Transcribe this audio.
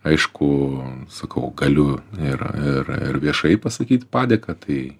aišku sakau galiu ir ir ir viešai pasakyt padėką tai